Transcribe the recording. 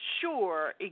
sure